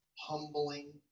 humbling